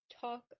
talk